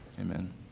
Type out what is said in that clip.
Amen